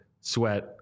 Sweat